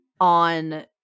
on